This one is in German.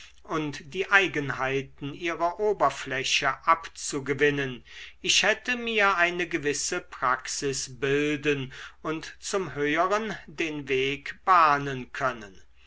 und die eigenheiten ihrer oberfläche abzugewinnen ich hätte mir eine gewisse praxis bilden und zum höheren den weg bahnen können